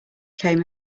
came